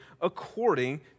according